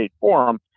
forum